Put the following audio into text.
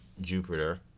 Jupiter